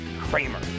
Kramer